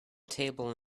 table